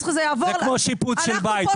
זה כמו שיפוץ של בית,